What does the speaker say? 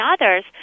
others